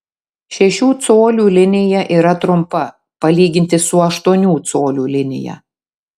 šešių colių linija yra trumpa palyginti su aštuonių colių linija